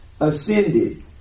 ascended